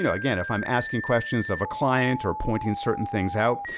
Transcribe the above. you know again, if i'm asking questions of a client, or pointing certain things out.